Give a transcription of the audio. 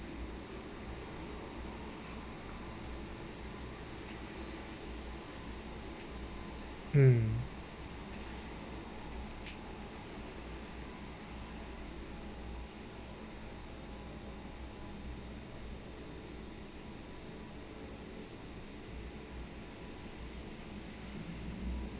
mm